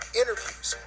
interviews